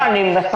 אני לא,